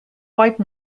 white